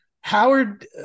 Howard